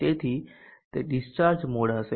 તેથી તે discharge mode હશે